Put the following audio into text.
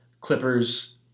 Clippers